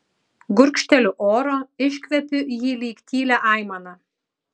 gurkšteliu oro iškvepiu jį lyg tylią aimaną